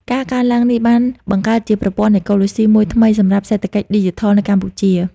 ការកើនឡើងនេះបានបង្កើតជាប្រព័ន្ធអេកូឡូស៊ីមួយថ្មីសម្រាប់សេដ្ឋកិច្ចឌីជីថលនៅកម្ពុជា។